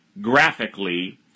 graphically